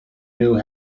knew